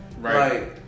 right